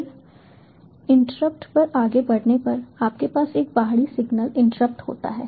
फिर इंटरप्ट पर आगे बढ़ने पर आपके पास एक बाहरी सिग्नल इंटरप्ट होता है